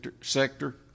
sector